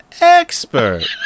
expert